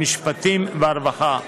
המשפטים והרווחה.